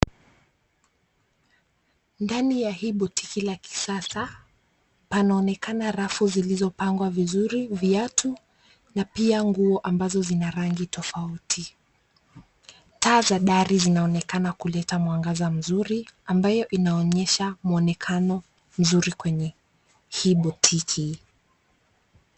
Ndani ya hii boutique la kisasa, panaonekana rafu zilizopangwa vizuri viatu na pia nguo ambazo zina rangi tofauti. Taa za dari zinaonekana kuleta mwangaza mzuri ambayo inaonyesha mwonekano mzuri kwenye hii boutique .